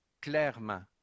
clairement